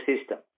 system